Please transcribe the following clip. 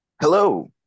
Hello